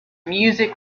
music